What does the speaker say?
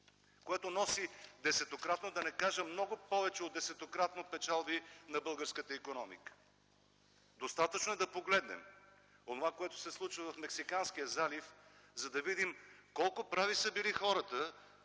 което носи десетократно, да не кажа много повече от десетократно, печалби на българската икономика. Достатъчно е да погледнем онова, което се случва в Мексиканския залив, за да видим колко прави са били хората